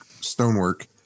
stonework